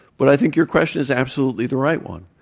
but i think your question is absolutely the right one.